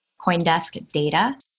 CoindeskData